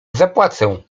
zapłacę